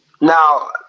now